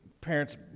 parents